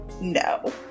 no